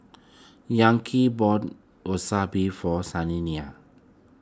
bought Wasabi for Shaniya